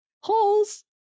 Holes